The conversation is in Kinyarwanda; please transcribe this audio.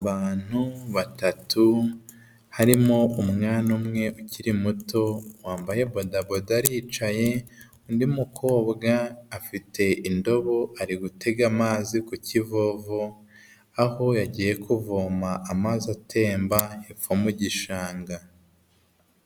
Abantu batatu harimo umwana umwe ukiri muto wambaye bodaboda aricaye, undi mukobwa afite indobo ari gutega amazi ku kivovo aho yagiye kuvoma amazi atemba epfo mu gishanga.